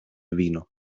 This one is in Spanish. vino